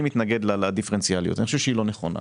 אני חושב שהדיפרנציאליות היא לא נכונה,